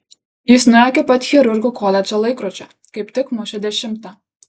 jis nuėjo iki pat chirurgų koledžo laikrodžio kaip tik mušė dešimtą